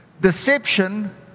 deception